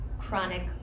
chronic